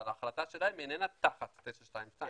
אבל ההחלטה שלהם איננה תחת 922,